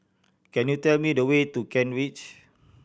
can you tell me the way to Kent Ridge